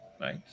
Right